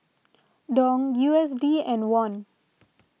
Dong U S D and Won